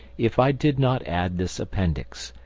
if i did not add this appendix,